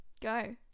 go